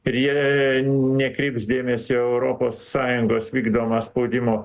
ir jie nekreips dėmesio europos sąjungos vykdomą spaudimo